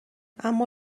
اما